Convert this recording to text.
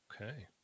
okay